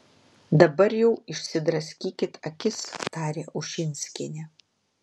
dabar jau išsidraskykit akis tarė ušinskienė